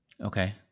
okay